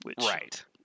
Right